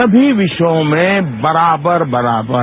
सभी विषयों में बरावर बरावर